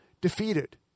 defeated